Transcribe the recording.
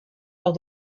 lors